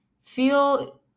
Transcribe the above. feel